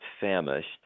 famished